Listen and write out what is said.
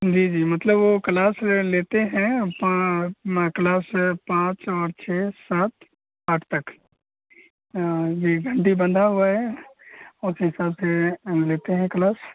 जी जी मतलब वो क्लास लेते हैं क्लास पाँ पाँच और छः सात आठ तक ये घंटी बंधा हुआ है उस हिसाब से लेते हैं क्लास